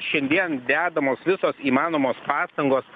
šiandien dedamos visos įmanomos pastangos